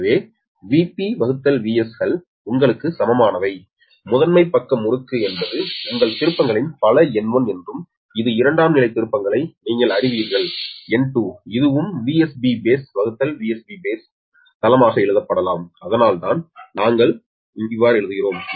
எனவே VpVs கள் உங்களுக்கு சமமானவை முதன்மை பக்க முறுக்கு என்பது உங்கள் திருப்பங்களின் பல N1 என்றும் இது இரண்டாம் நிலை திருப்பங்களை நீங்கள் அறிவீர்கள் N2 இதுவும் VsB baseVsB baseதளமாக எழுதப்படலாம் அதனால்தான் நாங்கள் எழுதுகிறோம்